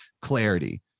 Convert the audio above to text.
clarity